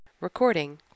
Recording